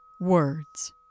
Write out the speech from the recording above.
words